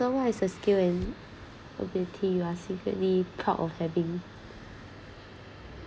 what is the skill and ability you are secretly proud of having